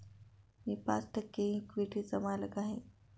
मी पाच टक्के इक्विटीचा मालक आहे